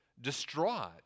distraught